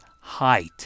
height